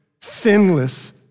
sinless